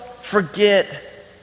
forget